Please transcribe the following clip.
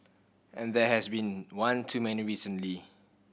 and there has been one too many recently